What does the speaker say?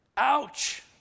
ouch